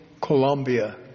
Colombia